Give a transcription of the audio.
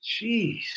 jeez